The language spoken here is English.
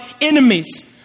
enemies